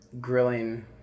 grilling